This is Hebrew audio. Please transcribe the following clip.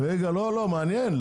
מעניין.